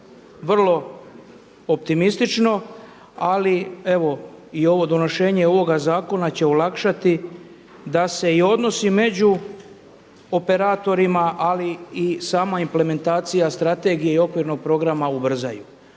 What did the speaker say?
vrlo optimistično, ali evo i ovo donošenje ovoga zakona će olakšati da se i odnosi među operatorima, ali i sama implementacija strategije i okvirnog programa ubrzaju.